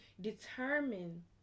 determine